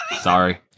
Sorry